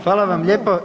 Hvala vam lijepo.